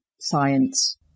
science